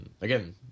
Again